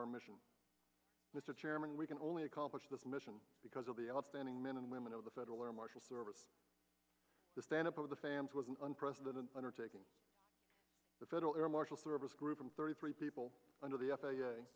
our mission mr chairman we can only accomplish this mission because of the outstanding men and women of the federal air marshal service the stanhope of the fans was an unprecedented undertaking the federal air marshal service grew from thirty three people under the f